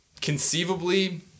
conceivably